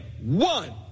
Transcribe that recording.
One